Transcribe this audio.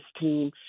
team